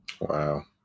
Wow